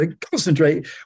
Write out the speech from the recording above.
concentrate